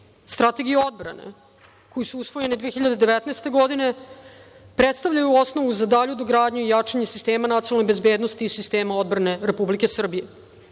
Strategiji odbrane, koje su usvojene 2019. godine, predstavljaju osnovu za dalju dogradnju i jačanje sistema nacionalne bezbednosti i sistema odbrane Republike